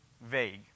vague